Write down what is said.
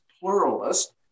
pluralist